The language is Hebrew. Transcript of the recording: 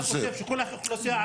אתה חושב שכל האוכלוסייה הערבית,